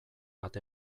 bat